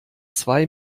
zwei